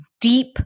deep